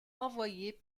envoyés